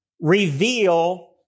reveal